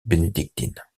bénédictine